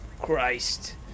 Christ